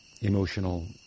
emotional